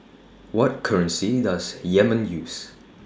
What currency Does Yemen use